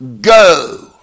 go